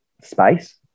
space